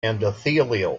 endothelial